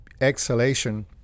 exhalation